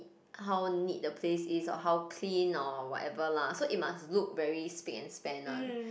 how neat the place is or how clean or whatever lah so it must look very spick and span one